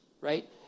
right